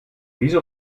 wieso